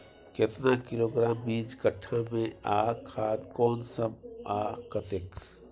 केतना किलोग्राम बीज कट्ठा मे आ खाद कोन सब आ कतेक?